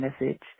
message